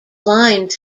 lines